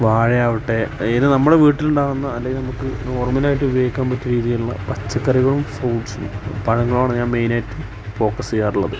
വാഴയാവട്ടെ ഏത് നമ്മുടെ വീട്ടിൽ ഉണ്ടാകുന്ന അല്ലെങ്കിൽ നമുക്ക് നോർമൽ ആയിട്ട് ഉപയോഗിക്കാൻ പറ്റിയ രീതിയിലുള്ള പച്ചക്കറികളും ഫ്രൂട്ട്സും പഴങ്ങളാണ് ഞാൻ മെയിനായിട്ട് ഫോക്കസ് ചെയ്യാറുള്ളത്